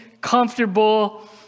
comfortable